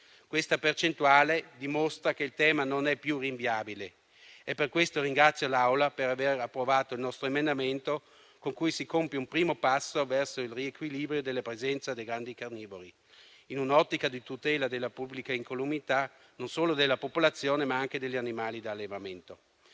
Questa percentuale dimostra che il tema non è più rinviabile e, pertanto, ringrazio l'Assemblea per aver approvato il nostro emendamento, con cui si compie un primo passo verso il riequilibrio della presenza dei grandi carnivori, in un'ottica di tutela della pubblica incolumità non solo della popolazione ma anche degli animali da allevamento.